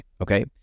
Okay